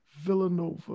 Villanova